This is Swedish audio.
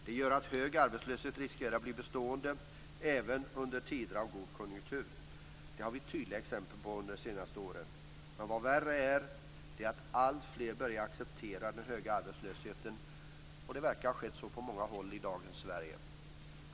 Det gör att hög arbetslöshet riskerar att bli bestående även under tider av god konjunktur. Det har vi haft tydliga exempel på de senaste åren. Men vad värre är, är att alltfler börjar acceptera den höga arbetslösheten. Och det verkar ha skett på många håll i dagens Sverige.